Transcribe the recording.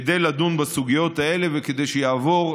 כדי לדון בסוגיות האלה וכדי שיעבור,